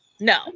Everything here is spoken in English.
no